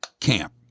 camp